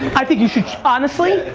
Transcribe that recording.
i think you should. honestly,